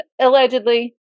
allegedly